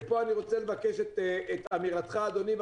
ופה אני רוצה לבקש את אמירתך אדוני,